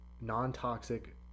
non-toxic